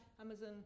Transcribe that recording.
Amazon